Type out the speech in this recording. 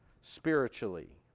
spiritually